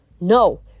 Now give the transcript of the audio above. No